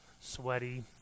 sweaty